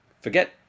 Forget